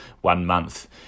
one-month